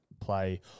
play